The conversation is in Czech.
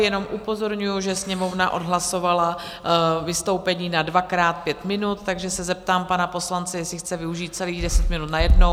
Jenom upozorňuji, že Sněmovna odhlasovala vystoupení na dvakrát pět minut, takže se zeptám pana poslance, jestli chce využít celých deset minut najednou?